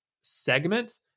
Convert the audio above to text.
segment